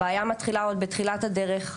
הבעיה מתחילה עוד בתחילת הדרך,